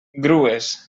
grues